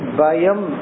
bayam